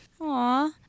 Aw